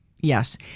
Yes